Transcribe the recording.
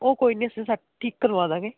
ਉਹ ਕੋਈ ਨਹੀਂ ਸਰ ਠੀਕ ਕਰਵਾ ਦੇਵਾਂਗੇ